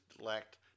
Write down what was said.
lacked